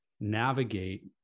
navigate